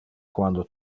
quando